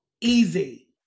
easy